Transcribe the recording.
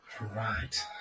Right